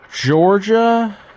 Georgia